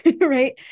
Right